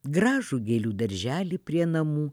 gražų gėlių darželį prie namų